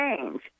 change